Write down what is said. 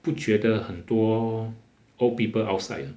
不觉得很多 old people outside